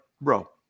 bro